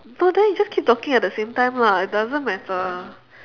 no then you just keep talking at the same time lah it doesn't matter